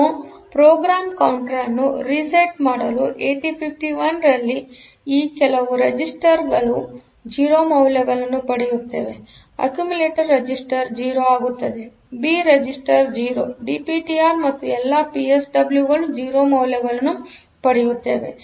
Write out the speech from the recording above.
ನಾವು program counter ಅನ್ನು reset ಮಾಡಲು 8051 ರಲ್ಲಿ ಈ ಕೆಲವು ರಿಜಿಸ್ಟರ್ ಗಳು 0 ಮೌಲ್ಯಗಳನ್ನು ಪಡೆಯುತ್ತವೆಅಕ್ಯೂಮಲೆಟರ್ ರಿಜಿಸ್ಟರ್ 0 ಆಗುತ್ತದೆ ಬಿ ರಿಜಿಸ್ಟರ್ 0 ಡಿಪಿಟಿಆರ್ ಮತ್ತು ಎಲ್ಲಾ ಪಿಎಸ್ಡಬ್ಲ್ಯೂ ಗಳು 0 ಮೌಲ್ಯಗಳನ್ನು ಪಡೆಯುತ್ತವೆ